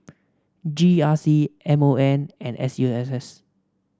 G R C M O M and S U S S